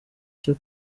cyo